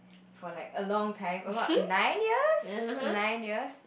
for like a long time about nine years nine years